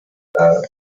and